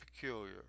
peculiar